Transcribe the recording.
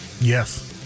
Yes